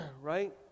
right